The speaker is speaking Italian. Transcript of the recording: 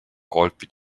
colpi